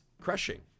crushing